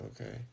Okay